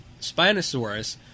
Spinosaurus